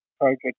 Project